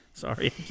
Sorry